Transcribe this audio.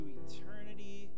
eternity